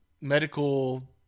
medical